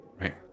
Right